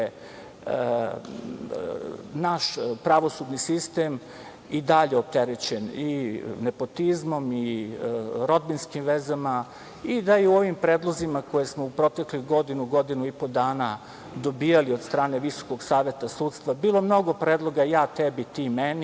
je naš pravosudni sistem i dalje opterećen i nepotizmom i rodbinskim vezama i da u ovim predlozima koje smo u proteklih godinu, godinu i po dana dobijali od strane Visokog saveta sudstva bilo mnogo predloga - ja tebi, ti meni,